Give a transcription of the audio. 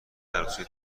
عروسی